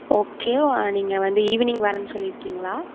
okay நீங்கள் வந்து evening வரேன்னு சொல்லியிருக்கீங்களா